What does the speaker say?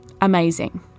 Amazing